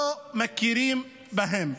לא מכירים בהם.